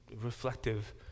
reflective